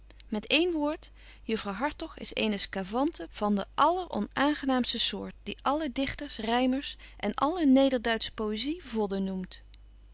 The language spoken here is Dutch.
met één woord juffr hartog is eene scavante van de alleronaangebetje wolff en aagje deken historie van mejuffrouw sara burgerhart naamste soort die alle dichters rymers en alle nederduitsche poezy vodden noemt